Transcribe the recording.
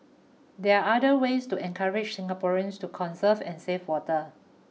there other ways to encourage Singaporeans to conserve and save water